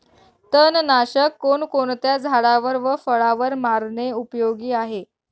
तणनाशक कोणकोणत्या झाडावर व फळावर मारणे उपयोगी आहे?